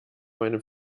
meinem